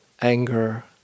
anger